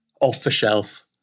off-the-shelf